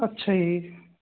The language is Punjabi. ਅੱਛਾ ਜੀ